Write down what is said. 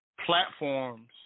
platforms